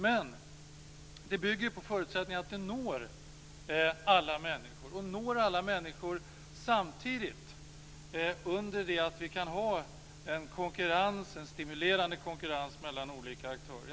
Men det bygger på förutsättningen att den når alla människor, och når alla människor samtidigt, under det att vi kan ha en konkurrens, en stimulerande konkurrens, mellan olika aktörer.